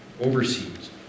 overseas